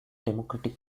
democratic